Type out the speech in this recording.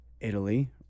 Italy